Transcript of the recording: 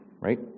right